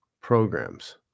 programs